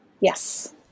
Yes